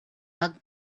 bug